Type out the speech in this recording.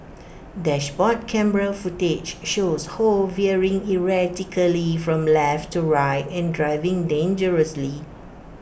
dashboard camera footage shows ho veering erratically from left to right and driving dangerously